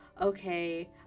okay